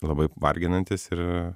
labai varginantis ir